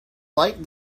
liked